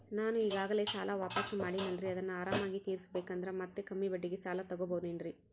ನಾನು ಈಗಾಗಲೇ ಸಾಲ ವಾಪಾಸ್ಸು ಮಾಡಿನಲ್ರಿ ಅದನ್ನು ಆರಾಮಾಗಿ ತೇರಿಸಬೇಕಂದರೆ ಮತ್ತ ಕಮ್ಮಿ ಬಡ್ಡಿಗೆ ಸಾಲ ತಗೋಬಹುದೇನ್ರಿ?